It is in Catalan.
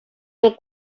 del